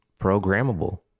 programmable